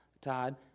Todd